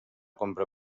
compra